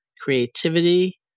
creativity